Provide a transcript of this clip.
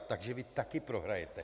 Takže vy taky prohrajete.